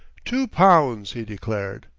two pound', he declared.